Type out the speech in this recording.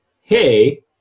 hey